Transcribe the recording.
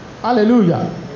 Hallelujah